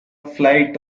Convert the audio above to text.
flight